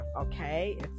okay